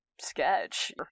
sketch